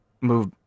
move